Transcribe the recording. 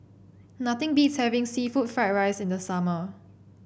nothing beats having seafood Fried Rice in the summer